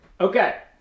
Okay